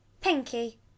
Pinky